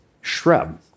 shrub